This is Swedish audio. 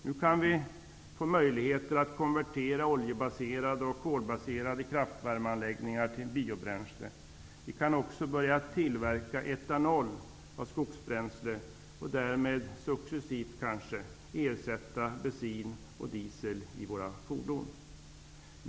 Nu kan vi få möjligheter att konvertera oljebaserade och kolbaserade kraftvärmeanläggningar till biobränsle. Vi kan också börja tillverka etanol av skogsbränsle och därmed kanske successivt ersätta bensin och diesel i våra fordon.